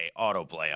autoplay